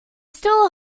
steal